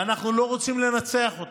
ואנחנו לא רוצים לנצח אותם,